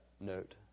note